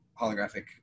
holographic